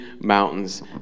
mountains